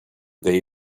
they